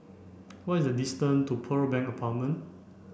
what is the distance to Pearl Bank Apartment